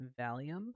Valium